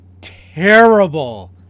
terrible